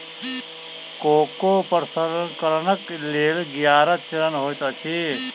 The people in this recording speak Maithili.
कोको प्रसंस्करणक लेल ग्यारह चरण होइत अछि